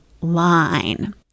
line